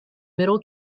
middle